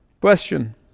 Question